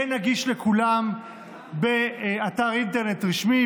יהיה נגיש לכולם באתר אינטרנט רשמי,